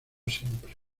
simple